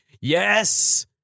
Yes